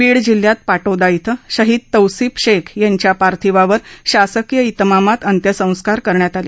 बीड जिल्ह्यात पाटोदा िं शहीद तौसिफ शेख यांच्या पार्थिवावर शासकीय तिमामात अंत्यसंस्कार करण्यात आले